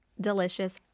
delicious